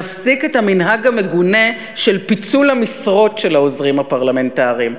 להפסיק את המנהג המגונה של פיצול המשרות של העוזרים הפרלמנטריים.